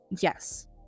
yes